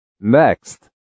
Next